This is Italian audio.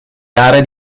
gare